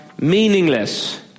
meaningless